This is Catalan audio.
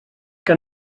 que